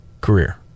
career